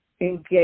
Engage